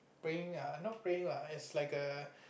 praying ah not praying lah it's like a